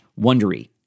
Wondery